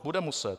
Bude muset.